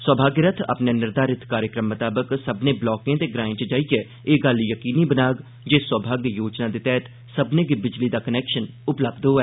सौभाग्य रथ अपने निर्धारित कार्यक्रम मताबक सब्मनें ब्लाकें ते ग्राएं च जाइयै एह् गल्ल यकीनी बनाग जे सौभाग्य योजना दे तैह्त सब्मनें गी बिजली दा कनैक्शन उपलब्ध होऐ